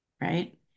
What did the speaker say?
right